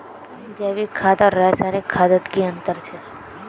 जैविक खाद आर रासायनिक खादोत की अंतर छे?